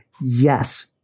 yes